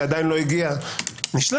שעדיין לא הגיע נשלח,